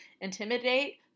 intimidate